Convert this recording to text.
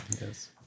Yes